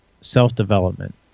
self-development